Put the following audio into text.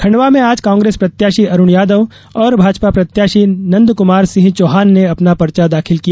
खण्डवा में आज कांग्रेस प्रत्याशी अरुण यादव और भाजपा प्रत्याशी नंदक्मार सिंह चौहान ने अपना पर्चा दाखिल किया